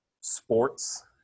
sports